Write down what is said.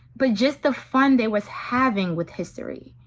but just the fun they was having with history.